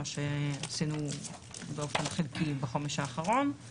מה שעשינו באופן חלקי בחומש האחרון;